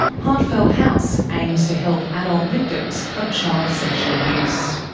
heartfelt house aims to help adult victims of child sexual abuse.